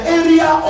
area